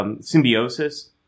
symbiosis